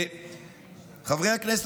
חברי הכנסת,